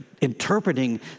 interpreting